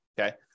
Okay